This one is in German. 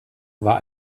war